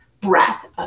breath